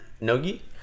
Nogi